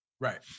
Right